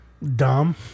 dumb